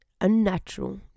unnatural